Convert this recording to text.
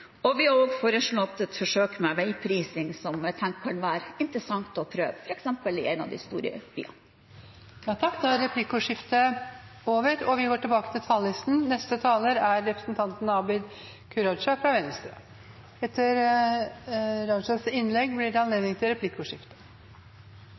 og vi har også foreslått et forsøk med veiprising som vi tenker kan være interessant å prøve, f.eks. i en av de store byene. Replikkordskiftet er over. Transport og kommunikasjon er